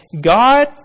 God